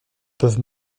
peuvent